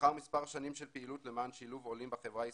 לאחר מספר שנים של פעילות למען שילוב עולים חברה הישראלית,